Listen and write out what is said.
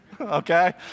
okay